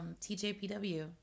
TJPW